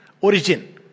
origin